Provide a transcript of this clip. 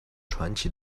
传奇